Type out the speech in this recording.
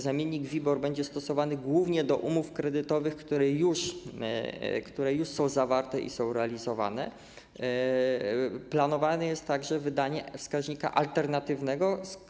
Zamiennik WIBOR będzie stosowany głównie do umów kredytowych, które już są zawarte i są realizowane, planowane jest także wydanie wskaźnika alternatywnego.